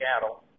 cattle